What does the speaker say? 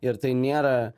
ir tai nėra